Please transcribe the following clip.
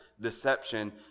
deception